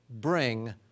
bring